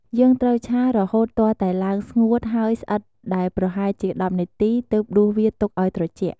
យើងត្រូវឆារហូតទាល់តែឡើងស្ងួតហើយស្អិតដែលប្រហែលជា ១០នាទីទើបដួសវាទុកឱ្យត្រជាក់។